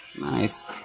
Nice